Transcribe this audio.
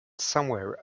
somewhere